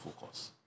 focus